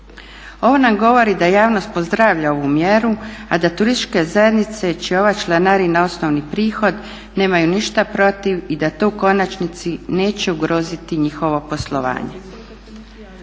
Ovo nam govori da javnost pozdravlja ovu mjeru, a da turističke zajednice čija je ova članarina osnovni prihod nemaju ništa protiv i da to u konačnici neće ugroziti njihovo poslovanje.